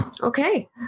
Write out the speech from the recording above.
Okay